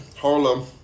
Harlem